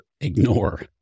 ignore